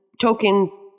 tokens